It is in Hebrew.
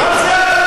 כן,